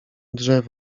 drzew